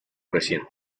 reciente